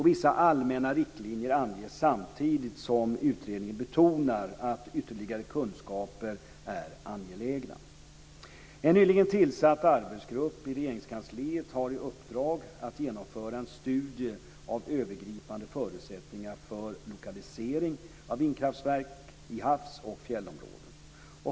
Vissa allmänna riktlinjer anges, samtidigt som utredningen betonar att ytterligare kunskaper är angelägna. En nyligen tillsatt arbetsgrupp i Regeringskansliet har i uppdrag att genomföra en studie av övergripande förutsättningar för lokalisering av vindkraftverk i havs och fjällområden.